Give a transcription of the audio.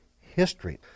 history